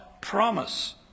promise